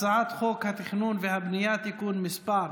הצעת חוק התכנון והבנייה (תיקון מס'